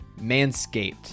manscaped